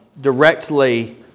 directly